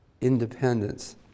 independence